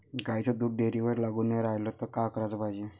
गाईचं दूध डेअरीवर लागून नाई रायलं त का कराच पायजे?